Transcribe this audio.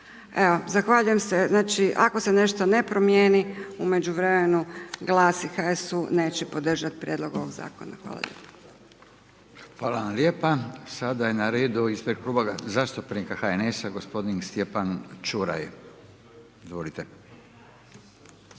Evo zahvaljujem se, znači ako se nešto ne promijeni u međuvremenu GLAS i HSU neće podržati prijedlog ovog zakona. Hvala lijepo. **Radin, Furio (Nezavisni)** Hvala vam lijepa, sada je na redu ispred Kluba zastupnika HNS-a gospodin Stjepan Čuraj. **Čuraj,